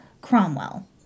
Cromwell